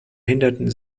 hinderten